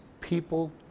people